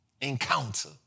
Encounter